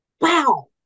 wow